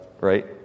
right